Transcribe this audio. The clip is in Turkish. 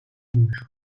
görüş